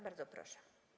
Bardzo proszę.